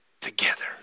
together